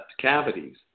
cavities